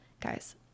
guys